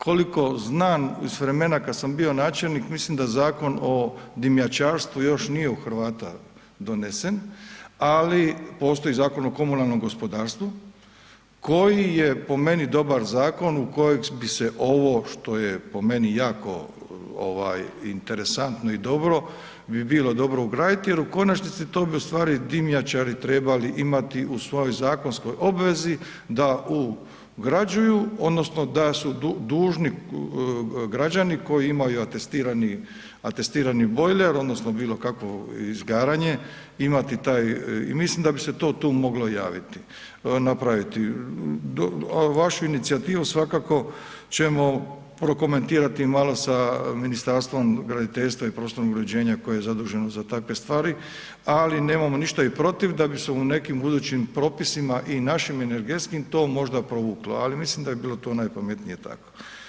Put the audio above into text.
Koliko znam iz vremena kad sam bio načelnik, mislim da Zakon o dimnjačarstvu još nije u Hrvata donesen, ali postoji Zakon o komunalnom gospodarstvu koji je po meni dobar zakon u kojeg bi se ovo što je po meni jako interesantno i dobro, bi bilo dobro ugraditi jer u konačnici to bi ustvari dimnjačari trebali imati u svojoj zakonskoj obvezi da ugrađuju odnosno da su dužni građani koji imaju atestirani bojler odnosno bilokakvo izgaranje, imati taj i mislim da bi se to tu moglo javiti, napraviti a vašu inicijativu svakako ćemo prokomentirati malo sa Ministarstvom graditeljstva i prostornog uređenja koje je zaduženo za takve stvari ali nemamo ništa ni protiv da bi se u nekim budućim propisima i našim energetskim to možda provuklo ali mislim da bi bilo to najpametnije tako.